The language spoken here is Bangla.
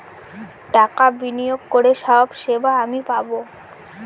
টাকা বিনিয়োগ করে সব সেবা আমি পাবো